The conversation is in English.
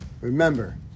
Remember